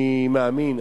אני מאמין,